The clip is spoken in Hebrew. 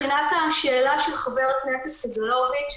לגבי שאלתו של חבר הכנסת סגלוביץ'